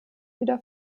wieder